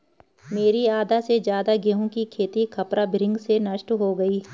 मेरी आधा से ज्यादा गेहूं की खेती खपरा भृंग से नष्ट हो गई